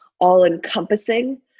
all-encompassing